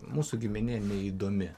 mūsų giminė neįdomi